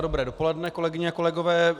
Dobré dopoledne, kolegyně a kolegové.